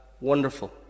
Wonderful